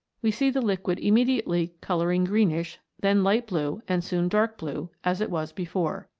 we see the liquid immediately colouring greenish, then light blue, and soon dark blue, as it was before.